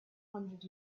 hundred